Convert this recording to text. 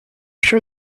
sure